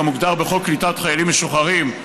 כמוגדר בחוק קליטת חיילים משוחררים,